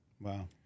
Wow